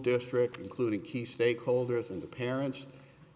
district including key stakeholders and the parents